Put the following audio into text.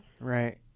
Right